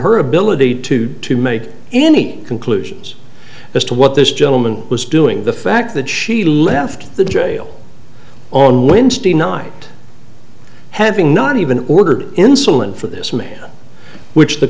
her ability to to make any conclusions as to what this gentleman was doing the fact that she left the jail on wednesday night having not even ordered insulin for this man which the